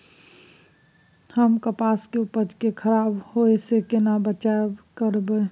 हम कपास के उपज के खराब होय से केना बचाव करबै?